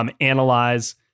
analyze